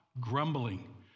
grumbling